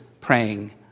praying